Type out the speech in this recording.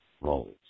rolls